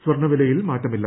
സ്വർണ വിലയിൽ മാറ്റമില്ല